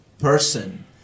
person